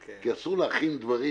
כי אסור להכין דברים